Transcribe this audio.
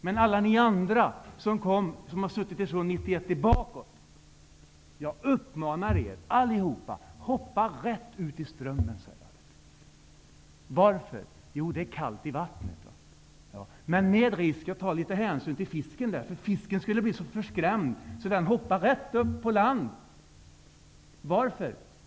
Men jag uppmanar alla som har suttit i risdagen före 1991: Hoppa rätt ut i Strömmen. Varför? Jo, det är kallt i vattnet. Men ta litet hänsyn till fisken. Fisken skulle bli så förskrämd att den skulle hoppa rätt upp på land. Varför?